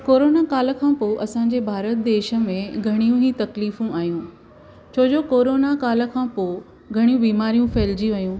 corona काल खां पोइ असांजे भारत देश में घणियूं ई तकलीफ़ूं आहियूं छो जो कोरोना काल खां पोइ घणियूं बीमारीयूं फैलजी वियूं